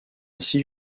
ainsi